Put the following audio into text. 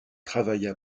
travailla